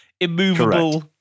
immovable